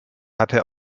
hatte